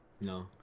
No